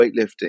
weightlifting